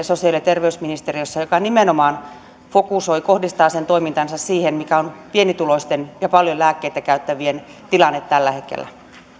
sosiaali ja terveysministeriössä työskentelee myöskin lääketyöryhmä joka nimenomaan kohdistaa toimintansa siihen mikä on pienituloisten ja paljon lääkkeitä käyttävien tilanne tällä hetkellä